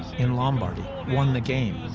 in lombardy, won the game.